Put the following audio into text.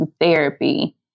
therapy